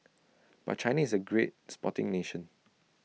but China is A great sporting nation